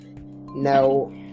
No